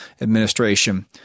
administration